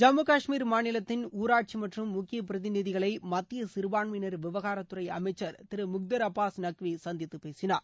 ஜம்மு காஷ்மீர் மாநிலத்தின் ஊராட்சி மற்றும் முக்கிய பிரதிநிதிகளை மத்திய சிறபான்மையினர் விவகாரத்துறை அமைச்சர் திரு முக்தர் அப்பாஸ் நக்வி சந்தித்து பேசினார்